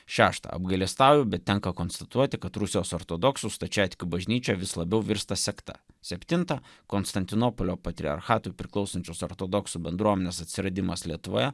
šešta apgailestauju bet tenka konstatuoti kad rusijos ortodoksų stačiatikių bažnyčia vis labiau virsta sekta septinta konstantinopolio patriarchatui priklausančios ortodoksų bendruomenės atsiradimas lietuvoje